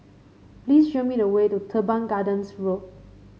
please show me the way to Teban Gardens Road